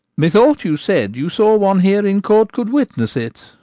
methought you said you saw one here in court could witness it.